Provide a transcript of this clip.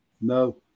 No